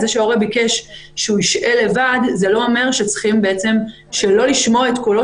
זה שההורה ביקש שהוא ישהה לבד זה לא אומר שצריכים בעצם שלא לשמוע את קולו